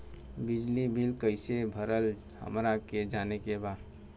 बिजली बिल कईसे भराला हमरा के जाने के बा?